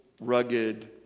rugged